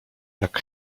jak